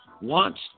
wants